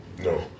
No